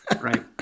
right